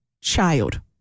child